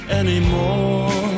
anymore